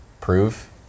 prove